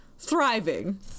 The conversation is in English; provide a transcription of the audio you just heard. thriving